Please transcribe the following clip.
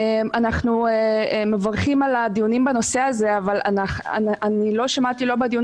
אנחנו מברכים על הדיונים בנושא הזה אבל אני לא שמעתי לא בדיון